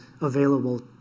available